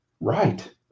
Right